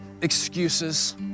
excuses